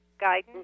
guidance